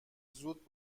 زود